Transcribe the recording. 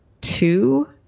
two